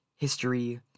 history